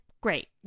great